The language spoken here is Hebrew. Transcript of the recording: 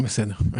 בסדר.